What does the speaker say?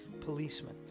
policemen